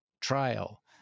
trial